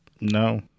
No